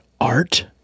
art